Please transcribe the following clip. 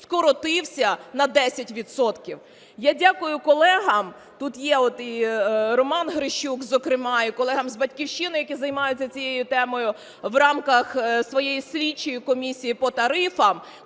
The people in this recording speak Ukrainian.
скоротився на 10 відсотків. Я дякую колегам, тут є і Роман Грищук зокрема, і колегам з "Батьківщини", які займаються цією темою в рамках своєї слідчої комісії по тарифах,